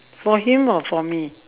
for him or for me